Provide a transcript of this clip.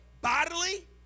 bodily